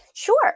Sure